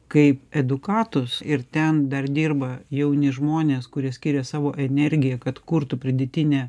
kaip edukatus ir ten dar dirba jauni žmonės kurie skiria savo energiją kad kurtų pridėtinę